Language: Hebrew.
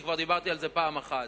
כי כבר דיברתי על זה פעם אחת: